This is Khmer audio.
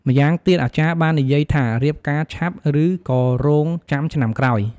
ម្យ៉ាងទៀតអាចារ្យបាននិយាយថារៀបការឆាប់ឬក៏រងចាំឆ្នាំក្រោយ។